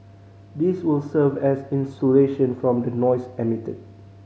this will serve as insulation from the noise emitted